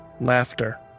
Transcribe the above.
laughter